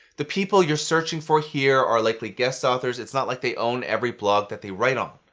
the people you're searching for here are likely guest authors. it's not like they own every blog that they write on.